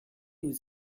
aux